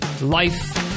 life